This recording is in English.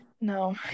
No